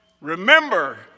remember